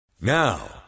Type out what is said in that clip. Now